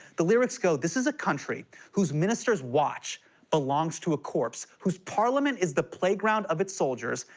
the lyrics go, this is a country whose minister's watch belongs to a corpse, whose parliament is the playground of its soldiers,